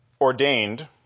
ordained